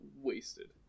wasted